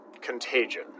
contagion